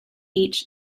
each